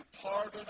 pardon